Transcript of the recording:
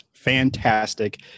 fantastic